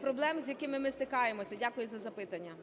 проблем, з якими ми стикаємось. Дякую за запитання.